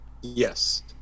Yes